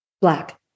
black